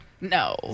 No